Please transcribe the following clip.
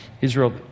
Israel